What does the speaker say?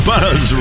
Buzz